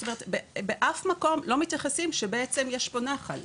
זאת אומרת, באף מקום לא מתייחסים שבעצם יש פה נחל.